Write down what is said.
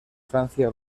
francia